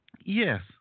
yes